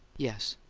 yes.